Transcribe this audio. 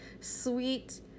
sweet